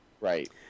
Right